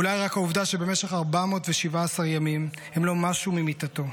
אולי רק העובדה שבמשך 417 ימים הם לא משו ממיטתו,